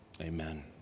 Amen